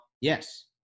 Yes